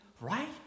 right